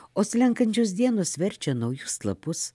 o slenkančios dienos verčia naujus lapus